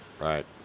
Right